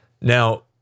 now